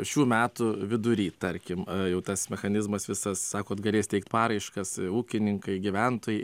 šių metų vidury tarkim jau tas mechanizmas visas sakot galės teikt paraiškas ūkininkai gyventojai